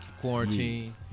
Quarantine